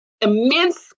immense